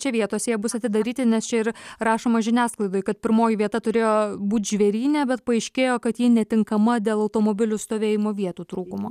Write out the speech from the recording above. čia vietose jie bus atidaryti nes čia ir rašoma žiniasklaidai kad pirmoji vieta turėjo būt žvėryne bet paaiškėjo kad ji netinkama dėl automobilių stovėjimo vietų trūkumo